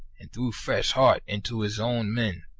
and threw fresh heart into his own men,